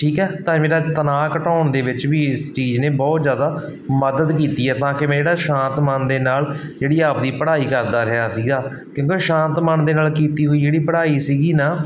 ਠੀਕ ਹੈ ਤਾਂ ਇਹ ਮੇਰਾ ਤਨਾਅ ਘਟਾਉਣ ਦੇ ਵਿੱਚ ਵੀ ਇਸ ਚੀਜ਼ ਨੇ ਬਹੁਤ ਜ਼ਿਆਦਾ ਮਦਦ ਕੀਤੀ ਹੈ ਤਾਂ ਕਿ ਮੈਂ ਜਿਹੜਾ ਸ਼ਾਂਤ ਮਨ ਦੇ ਨਾਲ ਜਿਹੜੀ ਆਪਦੀ ਪੜ੍ਹਾਈ ਕਰਦਾ ਰਿਹਾ ਸੀਗਾ ਕਿਉਂਕਿ ਸ਼ਾਂਤ ਮਨ ਦੇ ਨਾਲ ਕੀਤੀ ਹੋਈ ਜਿਹੜੀ ਪੜ੍ਹਾਈ ਸੀਗੀ ਨਾ